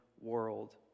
world